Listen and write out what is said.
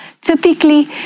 Typically